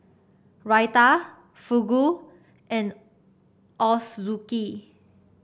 Raita Fugu and Ochazuke